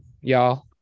y'all